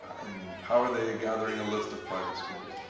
and how are they gathering a list of private schools?